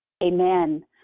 Amen